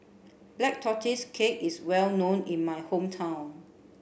black tortoise cake is well known in my hometown